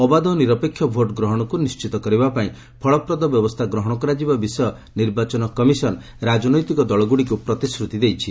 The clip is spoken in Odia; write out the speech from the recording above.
ଅବାଧ ଓ ନିରପେକ୍ଷ ଭୋଟ୍ଗ୍ରହଣକୁ ନିର୍ଣ୍ଣିତ କରିବାପାଇଁ ଫଳପ୍ରଦ ବ୍ୟବସ୍ଥା ଗ୍ରହଣ କରାଯିବା ବିଷୟ ନିର୍ବାଚନ କମିଶନ୍ ରାଜନୈତିକ ଦଳଗୁଡ଼ିକୁ ପ୍ରତିଶ୍ରତି ଦେଇଛି